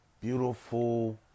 beautiful